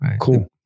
Cool